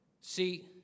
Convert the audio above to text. See